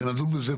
שנדון בזה